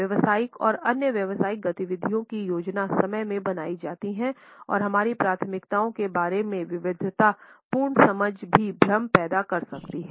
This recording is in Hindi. व्यावसायिक और अन्य व्यावसायिक गतिविधियों की योजना समय में बनाई जाती है और हमारी प्राथमिकताओं के बारे में विविधता पूर्ण समझ भी भ्रम पैदा कर सकती है